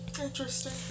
Interesting